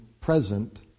present